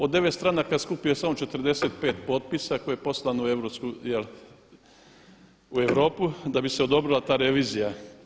Od 9 stranaka skupio je samo 45 potpisa koje je poslano u Europu da bi se odobrila ta revizija.